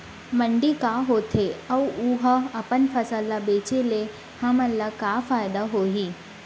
मंडी का होथे अऊ उहा अपन फसल ला बेचे ले हमन ला का फायदा होही?